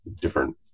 different